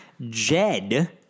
Jed